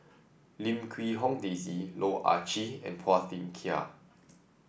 Lim Quee Hong Daisy Loh Ah Chee and Phua Thin Kiay